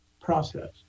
process